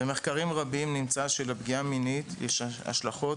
במחקרים רבים נמצא שלפגיעה מינית יש השלכות